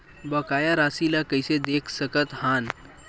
बकाया राशि ला कइसे देख सकत हान?